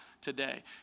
today